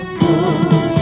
good